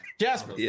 Jasper